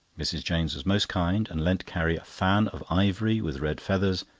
mrs. james was most kind, and lent carrie a fan of ivory with red feathers,